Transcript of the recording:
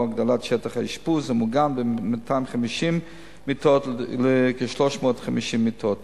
כמו הגדלת שטח האשפוז המוגן מ-250 מיטות לכ-350 מיטות.